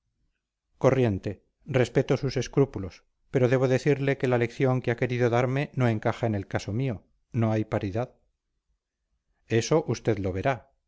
corriente respeto sus escrúpulos pero debo decirle que la lección que ha querido darme no encaja en el caso mío no hay paridad eso usted lo verá